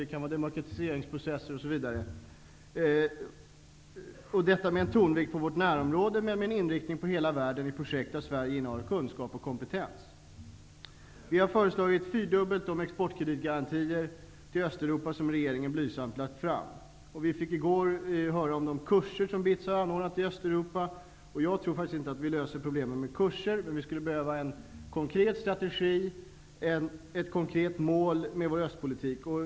Det skulle ske med tonvikt på vårt närområde men med inriktning på hela världen i projekt där Sverige innehar kunskaper och kompetens. Vi har föreslagit en fyrdubbling av de exportkreditgarantier till Östeuropa som regeringen blygsamt har fastställt. Vi fick i går höra om de kurser som BITS har anordnat i Östeuropa. Jag tror inte att vi löser några problem med kurser. Vi skulle behöva en konkret strategi och ett konkret mål för vår östpolitik.